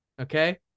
Okay